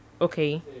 okay